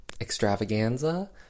extravaganza